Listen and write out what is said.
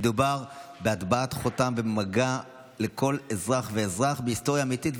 מדובר בהטבעת חותם ובמגע עם כל אזרח ואזרח והיסטוריה אמיתית,